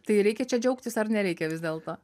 tai reikia čia džiaugtis ar nereikia vis dėlto